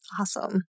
Awesome